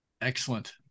Excellent